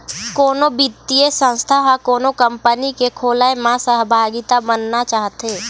कोनो बित्तीय संस्था ह कोनो कंपनी के खोलय म सहभागिता बनना चाहथे